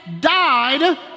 died